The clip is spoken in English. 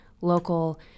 local